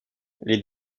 les